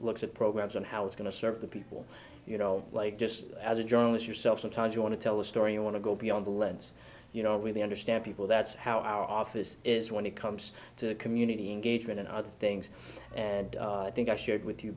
looks at programs and how it's going to serve the people you know like just as a journalist yourself sometimes you want to tell a story you want to go beyond the lens you know really understand people that's how our office is when it comes to community engagement and other things and i think i shared with you